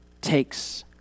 takes